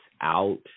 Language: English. out